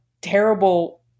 terrible